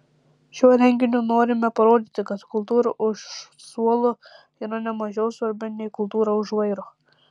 šiuo renginiu norime parodyti kad kultūra už suolo yra ne mažiau svarbi nei kultūra už vairo